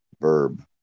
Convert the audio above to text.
Verb